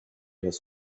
his